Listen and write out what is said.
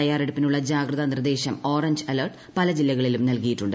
തയ്യാറെടുപ്പിനുള്ള ജാഗ്രതാ നിർദ്ദേശം orange alert പല ജില്ലകളിലും നൽകിയിട്ടുണ്ട്